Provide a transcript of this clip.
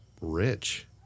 Rich